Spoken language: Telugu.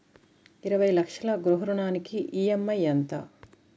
ఇరవై లక్షల గృహ రుణానికి ఈ.ఎం.ఐ ఎంత?